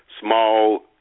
small